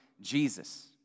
Jesus